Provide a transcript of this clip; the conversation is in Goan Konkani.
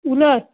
उलय